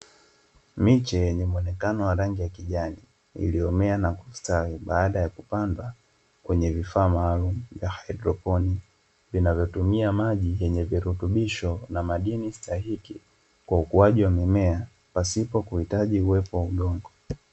Miche yenye muonekano wa rangi ya kijani, iliyomea na kustawi baada ya kupandwa kwenye vifaa maalumu vya haidroponi, vinayotumia maji yenye virutubisho na madini stahiki kwa ukuaji wa mimea pasipo kuhitaji uwepo wa udongo.